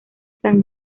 san